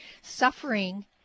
suffering